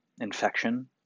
infection